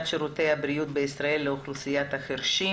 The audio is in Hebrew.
שירותי הבריאות בישראל לאוכלוסיית החירשים"